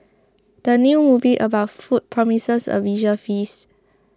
the new movie about food promises a visual feast